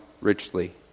richly